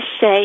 say